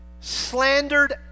Slandered